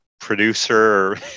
producer